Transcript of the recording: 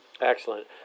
Excellent